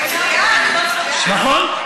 ולשכנע אותך שהצעת החוק שלך, נכון.